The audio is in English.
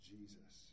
Jesus